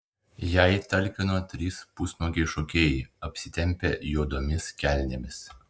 jai talkino trys pusnuogiai šokėjai apsitempę juodomis kelnėmis